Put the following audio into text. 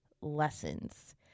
lessons